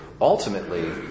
ultimately